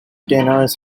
tenors